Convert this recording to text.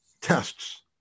tests